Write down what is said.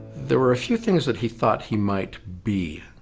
there were a few things that he thought he might be,